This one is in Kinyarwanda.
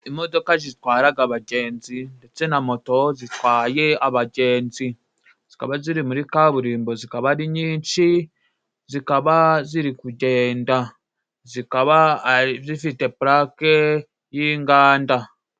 Imodoka zitwaraga abagenzi ndetse na moto zitwaye abagenzi. Zikaba ziri muri kaburimbo, zikaba ari nyinshi, zikaba ziri kugenda. Zikaba zifite pulake y'inganda.